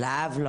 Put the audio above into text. לא.